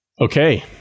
Okay